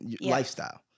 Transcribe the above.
lifestyle